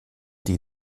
die